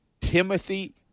Timothy